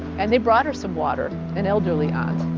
and they brought her some water, an elderly aunt.